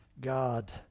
God